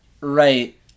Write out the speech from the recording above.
right